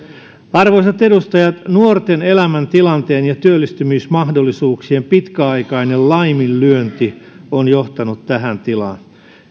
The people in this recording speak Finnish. arvoisat edustajat nuorten elämäntilanteen ja työllistymismahdollisuuksien pitkäaikainen laiminlyönti on johtanut tähän tilaan